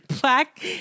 Black